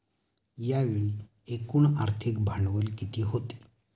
यावेळी एकूण आर्थिक भांडवल किती होते?